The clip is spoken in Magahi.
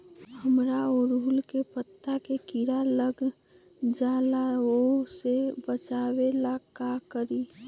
हमरा ओरहुल के पत्ता में किरा लग जाला वो से बचाबे ला का करी?